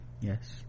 Yes